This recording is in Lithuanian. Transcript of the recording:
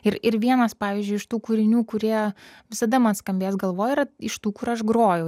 ir ir vienas pavyzdžiui iš tų kūrinių kurie visada man skambės galvoj yra iš tų kur aš groju